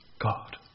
God